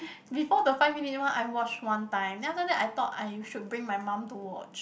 before the five minute one I watch one time then after that I thought I should bring my mum to watch